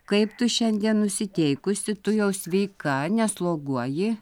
kaip tu šiandien nusiteikusi tu jau sveika nesloguoji